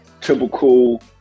typical